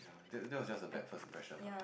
that that was just a bad first impression lah